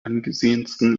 angesehensten